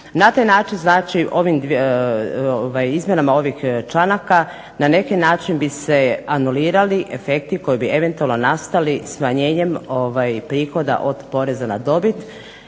Na taj način znači ovim izmjenama ovih članaka na neki način bi se anulirali efekti koji bi eventualno nastali smanjenjem prihoda od poreza na dobit